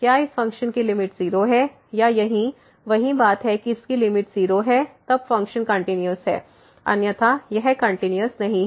क्या इस फ़ंक्शन की लिमिट 0 है या यहाँ वही बात है कि इस की लिमिट 0 है तब फ़ंक्शन कंटिन्यूस है अन्यथा यह कंटिन्यूस नहीं है